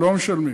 לא משלמים,